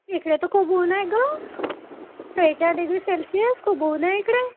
इकडे तर खूप ऊन्ह आहे गं शेहेचाळीस डिग्री सेल्शियस खूप ऊन्ह आहे इकडे